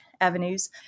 avenues